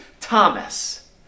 Thomas